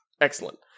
Excellent